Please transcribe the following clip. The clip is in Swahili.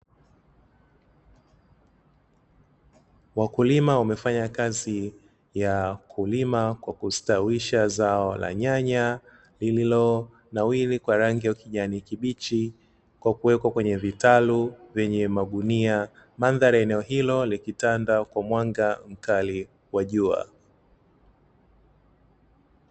Wakulima wamefanya kazi ya kulima kwa kustawisha zao la nyanya lililonawiri kwa rangi ya ukijani kibichi, kwa kuwekwa kwenye vitalu vyenye magunia mandhari ya eneo hilo likitanda kwa mwanga mkali wa jua.